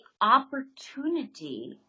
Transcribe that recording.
opportunity